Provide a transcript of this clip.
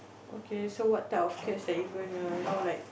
okay so what type of cats that you gonna you know like